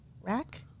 rack